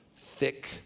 thick